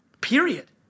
Period